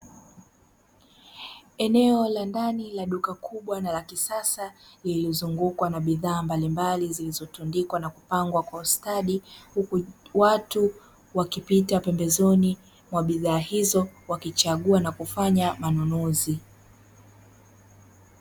Eneo la ndani la duka kubwa na la kisasa, lililozungukwa na bidhaa mbalimbali zilizotundikwa na kupangwa kwa ustadi, huku watu wakipita pembezoni na bidhaa hizo wakichagua na kufanya manunuzi.